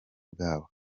bwabo